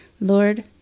Lord